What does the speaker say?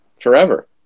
forever